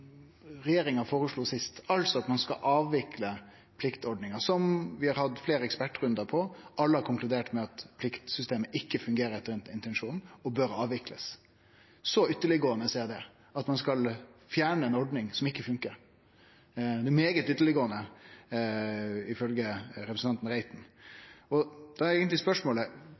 regjeringa føreslo sist, altså at ein skal avvikle pliktordninga. Det har vi hatt fleire ekspertrundar på, og alle har konkludert med at pliktsystemet ikkje fungerer etter intensjonen og bør bli avvikla. Så ytterleggåande er det – ein skal fjerne ei ordning som ikkje fungerer. Det er svært ytterleggåande, ifølge representanten Reiten. Da er eigentleg spørsmålet: Eg